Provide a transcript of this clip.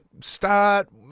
start